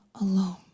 alone